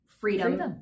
freedom